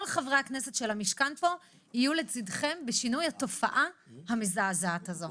כל חברי הכנסת של המשכן פה יהיו לצידכם בשינוי התופעה המזעזעת הזאת.